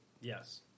Yes